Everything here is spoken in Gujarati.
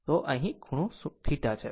અને અહીં આ ખૂણો θ છે